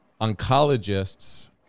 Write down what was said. oncologists